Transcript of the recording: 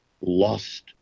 lost